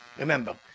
Remember